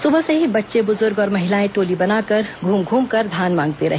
सुबह से ही बच्चे बुजुर्ग और महिलाएं टोली बनाकर घूम घूमकर धान मांगते रहे